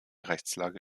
rechtslage